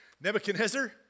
Nebuchadnezzar